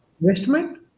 investment